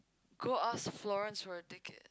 go ask Florence for a ticket